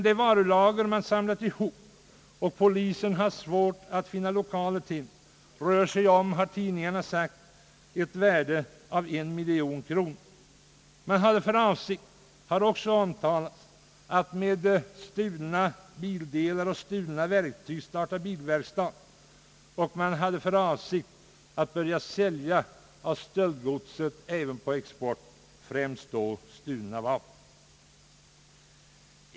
Det varulager ligan samlat ihop, och som polisen har svårt att finna lokaler till, har enligt uppgifter i tidningarna ett värde av 1 miljon kronor. Den hade för avsikt att med stulna bildelar och stulna verktyg starta bilverkstad och börja sälja av stöldgodset, även på export, och främst då stulna vapen.